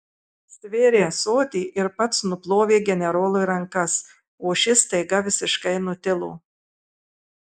stvėrė ąsotį ir pats nuplovė generolui rankas o šis staiga visiškai nutilo